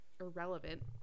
irrelevant